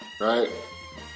right